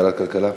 ועדת כלכלה.